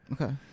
Okay